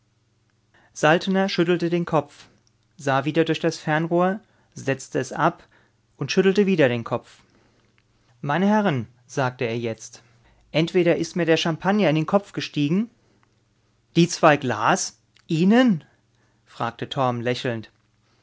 saltner schüttelte den kopf sah wieder durch das fernrohr setzte es ab und schüttelte wieder den kopf meine herren sagte er jetzt entweder ist mir der champagner in den kopf gestiegen die zwei glas ihnen fragte torm lächelnd